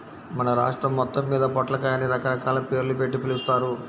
మన రాష్ట్రం మొత్తమ్మీద పొట్లకాయని రకరకాల పేర్లుబెట్టి పిలుస్తారు